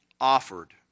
offered